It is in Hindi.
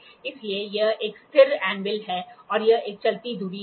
इसलिए यह एक स्थिर एंविल है और यह एक चलती धुरी है